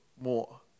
more